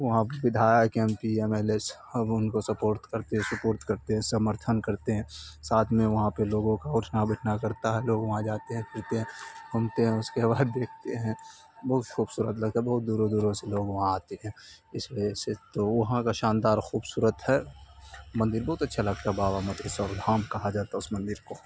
وہاں ودھایک M P M L A سب ان کو سپورٹ کرتے سپورٹ کرتے ہیں سمرتھن کرتے ہیں ساتھ میں وہاں پہ لوگوں کا اٹھنا بیٹھنا کرتا ہے لوگ وہاں جاتے ہیں پھرتے ہیں گھومتے ہیں اس کے بعد دیکھتے ہیں بہت خوبصورت لگتا ہے بہت دوروں دوروں سے لوگ وہاں آتے ہیں اس وجہ سے تو وہاں کا شاندار خوبصورت ہے مندر بہت اچھا لگتا ہے بابا مت کے سو دھام کہا جاتا ہے اس مندر کو